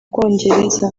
bwongereza